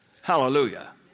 Hallelujah